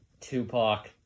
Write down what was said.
Tupac